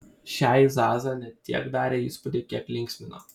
šiai zaza ne tiek darė įspūdį kiek linksmino